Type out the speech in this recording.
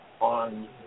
on